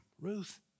Ruth